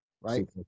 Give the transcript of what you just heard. right